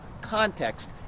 context